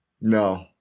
No